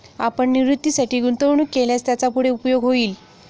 आपण निवृत्तीसाठी गुंतवणूक केल्यास त्याचा पुढे उपयोग होईल